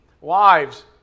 Wives